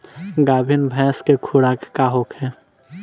गाभिन भैंस के खुराक का होखे?